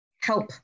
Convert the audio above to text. help